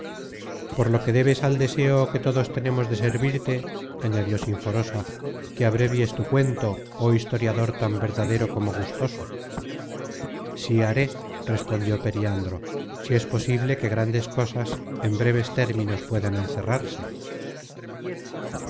por lo que debes al deseo que todos tenemos de servirte añadió sinforosa que abrevies tu cuento oh historiador tan verdadero como gustoso sí haré respondió periandro si es posible que grandes cosas en breves términos puedan encerrarse